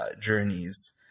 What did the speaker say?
journeys